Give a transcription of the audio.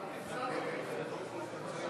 יעברו